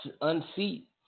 unseat